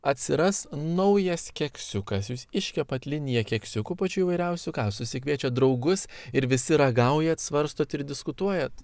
atsiras naujas keksiukas jūs iškepat liniją keksiukų pačių įvairiausių ką jūs susikviečiat draugus ir visi ragaujat svarstot ir diskutuojat